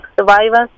survivors